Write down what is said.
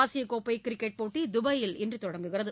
ஆசியக்கோப்பை கிரிக்கெட் போட்டி தபயில் இன்று தொடங்குகிறது